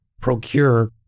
procure